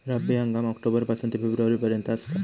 रब्बी हंगाम ऑक्टोबर पासून ते फेब्रुवारी पर्यंत आसात